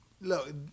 look